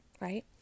right